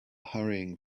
hurrying